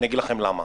ואני אגיד לכם למה.